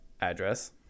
address